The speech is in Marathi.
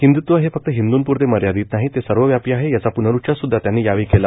हिंदुत्व हे फक्त हिंदू पुरते मर्यादित नाही ते सर्वव्यापी आहे याचा प्नरुच्चार स्द्धा त्यांनी यावेळी केला